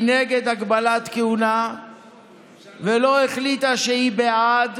נגד הגבלת כהונה ולא החליטה שהיא בעד,